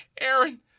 Aaron